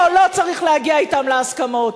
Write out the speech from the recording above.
לא, לא צריך להגיע אתם להסכמות.